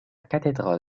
cathédrale